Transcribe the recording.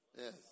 Yes